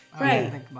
Right